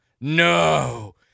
no